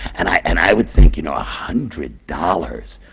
and i and i would think, you know, a hundred dollars,